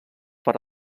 per